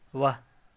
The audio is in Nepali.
वाह